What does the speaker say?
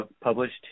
published